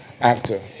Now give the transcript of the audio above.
actor